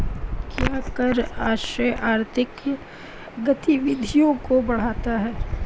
क्या कर आश्रय आर्थिक गतिविधियों को बढ़ाता है?